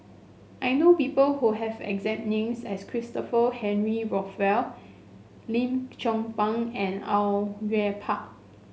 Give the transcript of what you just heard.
I know people who have exact names as Christopher Henry Rothwell Lim Chong Pang and Au Yue Pak